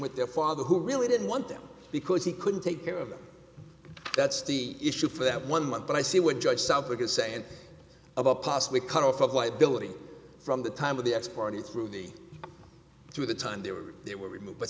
with their father who really didn't want them because he couldn't take care of them that's the issue for that one month but i see what judge southwick is saying about possibly cut off of liability from the time of the x party through the through the time they were they were removed but